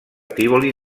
tívoli